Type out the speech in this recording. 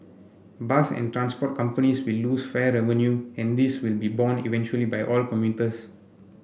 bus and transport companies will lose fare revenue and this will be borne eventually by all commuters